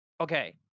Okay